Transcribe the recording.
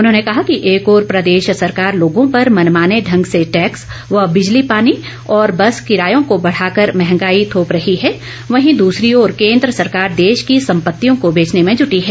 उन्होंने कहा कि एक ओर प्रदेश सरकार लोगों पर मनमाने ढंग से टैक्स व बिजली पानी और बस किरायों को बढ़ाकर मंहगाई थोप रहीं है वहीं दूसरी ओर केन्द्र सरकार देश की संपत्तियों को बेचने में जुटी है